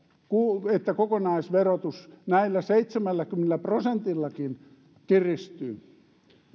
että kokonaisverotus näillä seitsemänkymmenen prosentillakin kiristyy